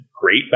great